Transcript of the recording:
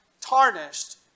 tarnished